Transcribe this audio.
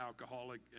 alcoholic